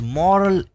moral